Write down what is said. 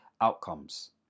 outcomes